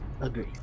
Agree